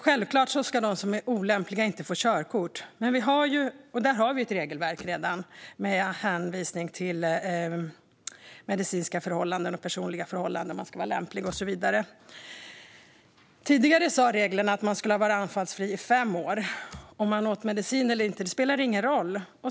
Självklart ska de som är olämpliga inte få körkort, och där har vi redan ett regelverk med hänvisning till medicinska och personliga förhållanden - man ska vara lämplig och så vidare. Tidigare innebar reglerna att man skulle ha varit anfallsfri i fem år, och om man åt medicin eller inte spelade ingen roll.